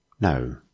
No